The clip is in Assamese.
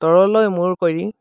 তললৈ মূৰ কৰি